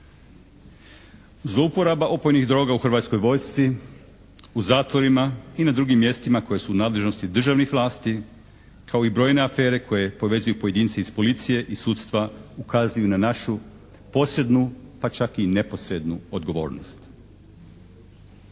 Zlouporaba opojnih droga u Hrvatskoj vojsci, u zatvorima i na drugim mjestima koji su u nadležnosti državnih vlasti kao i brojne afere koje povezuju pojedinci iz policije i sudstva ukazuju na našu posrednu pa čak i neposrednu odgovornost.